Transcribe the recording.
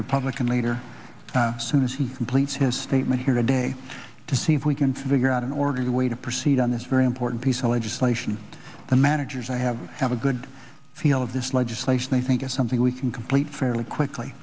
republican leader soon as he completes his statement here today to see if we can figure out an orderly way to proceed on this very important piece of legislation the managers i have have a good feel of this legislation they think is something we can complete fairly quickly